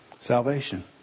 Salvation